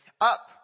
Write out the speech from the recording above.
up